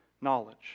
knowledge